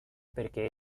perquè